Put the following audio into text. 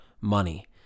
money